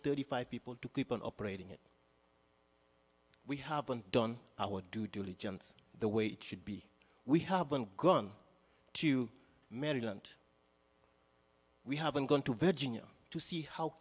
thirty five people to keep on operating it we haven't done our due diligence the way it should be we haven't gone to maryland we haven't gone to virginia to see how